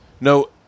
no